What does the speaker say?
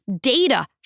data